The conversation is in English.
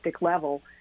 level